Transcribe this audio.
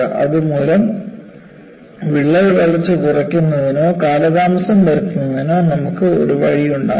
അത് മൂലം വിള്ളൽ വളർച്ച കുറയ്ക്കുന്നതിനോ കാലതാമസം വരുത്തുന്നതിനോ നമുക്ക് ഒരു വഴി ഉണ്ടാകും